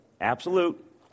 Absolute